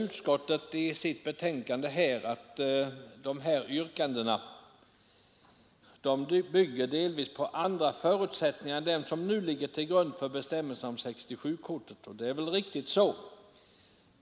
Utskottet säger i sitt betänkande att de här yrkandena delvis bygger på andra förutsättningar än dem som nu ligger till grund för bestämmelserna om 67-kortet, och det är väl riktigt.